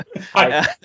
Hi